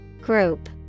Group